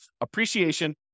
appreciation